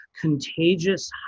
contagious